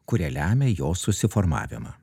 kurie lemia jos susiformavimą